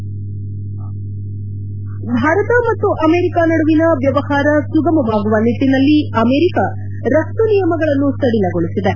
head Bharat ಮತ್ತು America ನಡುವಿನ ವ್ಯವಹಾರ ಸುಗಮವಾಗುವ ನಿಟ್ಟನಲ್ಲಿ ಅಮೆರಿಕ ರಫ್ತು ನಿಯಮಗಳನ್ನು ಸಡಿಲಗೊಳಿಸಿದೆ